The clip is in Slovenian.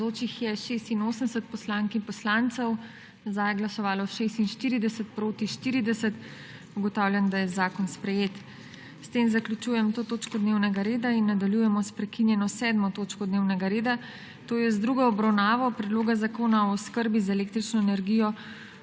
za je glasovalo 46, proti 40. (Za je glasovalo 46.) (Proti 40.) Ugotavljam, da je zakon sprejet. S tem zaključujem to točko dnevnega reda. **Nadaljujemo s prekinjeno 7. točko dnevnega reda, to je z drugo obravnavo Predloga zakona o oskrbi z električno energijo